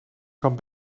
kan